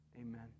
amen